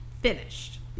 Finished